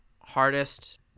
hardest